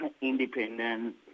independent